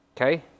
Okay